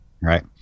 right